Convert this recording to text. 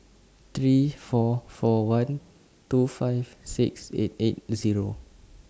three four four one two five six eight eight Zero